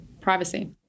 privacy